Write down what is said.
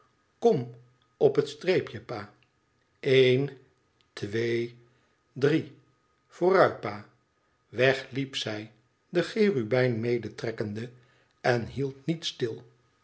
kom op het streepje pa eén twee drie vooruit pa weg liep zij den cherubijn medetrekkende en hield niet stil